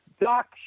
Doc